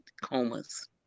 comas